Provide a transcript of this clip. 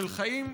של חיים,